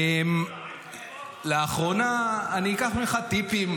זה דיון